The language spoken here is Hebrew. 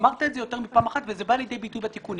אמרת את זה יותר מפעם אחת וזה בא לידי ביטוי בתיקונים.